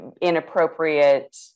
inappropriate